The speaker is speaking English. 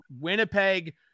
Winnipeg